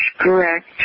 correct